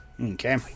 Okay